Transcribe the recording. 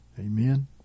Amen